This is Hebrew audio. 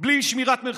בלי שמירת מרחק,